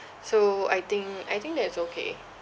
so I think I think that is okay